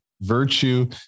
virtue